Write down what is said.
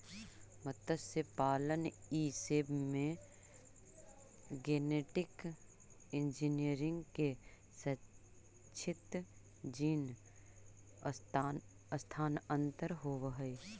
मत्स्यपालन ई सब में गेनेटिक इन्जीनियरिंग से क्षैतिज जीन स्थानान्तरण होब हई